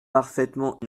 parfaitement